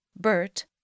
Bert